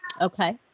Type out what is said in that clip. Okay